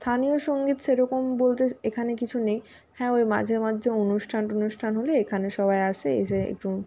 স্থানীয় সঙ্গীত সেরকম বলতে এখানে কিছু নেই হ্যাঁ ওই মাঝে মাধ্যে অনুষ্ঠান টনুস্থান হলে এখানে সবাই আসে এসে একটু